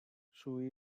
sue